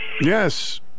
Yes